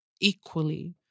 equally